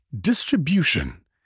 distribution